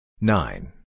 Nine